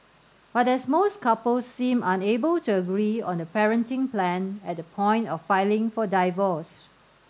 but as most couples seemed unable to agree on the parenting plan at the point of filing for divorce